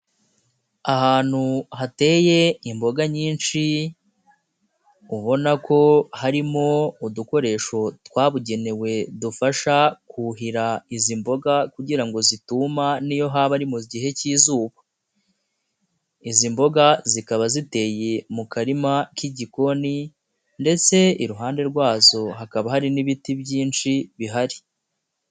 Ahantu hateye imboga nyinshi ubona ko harimo udukoresho twabugenewe dufasha kuhira izi mboga kugira ngo zitumba n'iyo haba ari mu gihe k'izuba, izi mboga zikaba ziteye mu karima k'igikoni ndetse iruhande rwazo hakaba hari n'ibiti byinshi bihari.